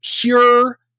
pure